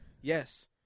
Yes